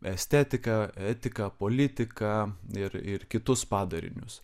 estetiką etiką politiką ir ir kitus padarinius